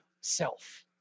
self